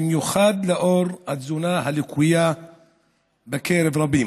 במיוחד נוכח התזונה הלקויה בקרב רבים.